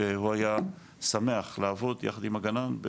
והוא היה שמח לעבוד יחד עם הגנן.